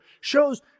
shows